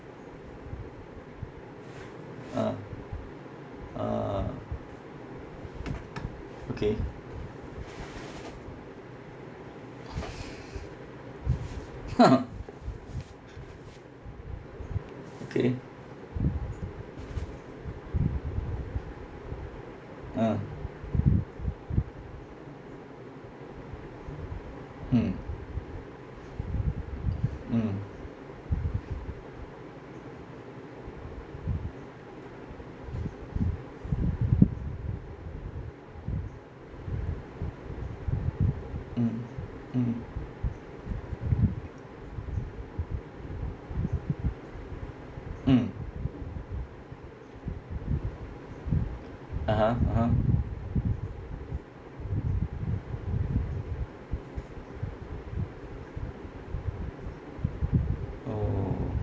ah ah okay okay ah mm mm mm mm mm (uh huh) (uh huh) orh